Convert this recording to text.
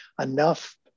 enough